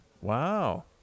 Wow